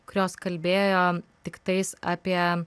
kurios kalbėjo tiktais apie